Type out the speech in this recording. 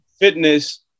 fitness